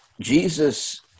Jesus